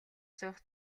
суух